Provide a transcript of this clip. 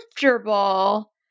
comfortable